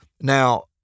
Now